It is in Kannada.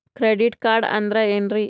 ಕ್ರೆಡಿಟ್ ಕಾರ್ಡ್ ಅಂದ್ರ ಏನ್ರೀ?